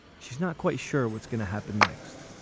she's not quite sure what's going to happen next